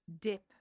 dip